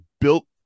built